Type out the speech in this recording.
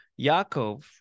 Yaakov